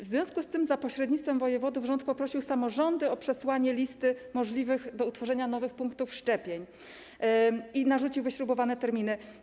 W związku z tym za pośrednictwem wojewodów rząd poprosił samorządy o przesłanie listy możliwych do utworzenia nowych punktów szczepień i narzucił wyśrubowane terminy.